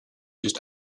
just